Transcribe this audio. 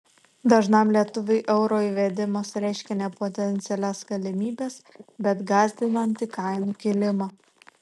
dažnam lietuviui euro įvedimas reiškia ne potencialias galimybes bet gąsdinantį kainų kilimą